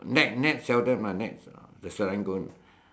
Nex Nex seldom ah Nex the Serangoon